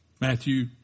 Matthew